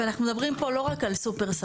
ואנחנו מדברים פה לא רק על שופרסל.